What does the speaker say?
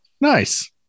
nice